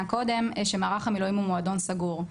קודם שמערך המילואים הוא מועדון סגור,